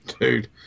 Dude